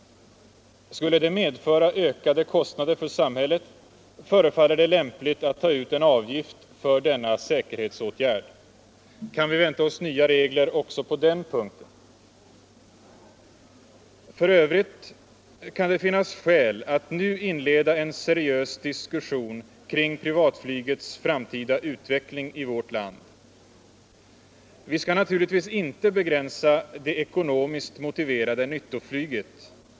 Skulle det medföra ökade kostnader för samhället, förefaller det lämpligt att ta ut en avgift för denna säkerhetsåtgärd. Kan vi vänta oss nya regler också i det avseendet? F. ö. kan det finnas skäl att nu inleda en seriös diskussion kring privatflygets framtida utveckling i vårt land. Vi skall naturligtvis inte begränsa det ekonomiskt motiverade nyttoflyget.